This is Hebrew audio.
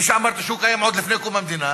שכפי שאמרתי הוא קיים עוד לפני קום המדינה,